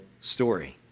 story